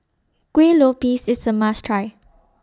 Kueh Lopes IS A must Try